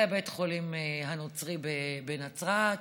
לבית החולים הנוצרי בנצרת,